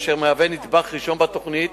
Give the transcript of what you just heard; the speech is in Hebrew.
אשר מהווה נדבך ראשון בתוכנית,